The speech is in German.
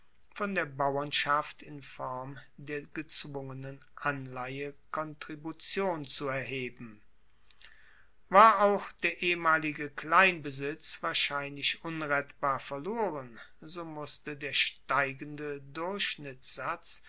von der bauernschaft in form der gezwungenen anleihe kontribution zu erheben war auch der ehemalige kleinbesitz wahrscheinlich unrettbar verloren so musste der steigende